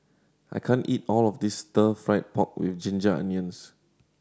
I can't eat all of this Stir Fry pork with ginger onions